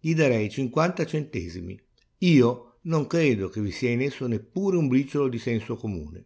gli darei cinquanta centesimi io non credo che vi sia in esso neppure un briciolo di senso comune